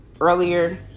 earlier